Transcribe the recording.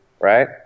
right